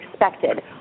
expected